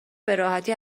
براحتی